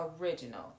Original